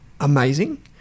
amazing